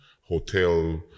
hotel